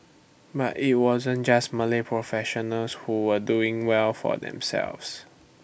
but IT wasn't just Malay professionals who were doing well for themselves